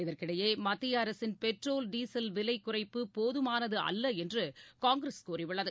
இதற்கிடையே மத்தியஅரசின் petrol diesel விலைகுறைப்பு போதமானதுஅல்லஎன்றுகாங்கிரஸ் கூறியுள்ளது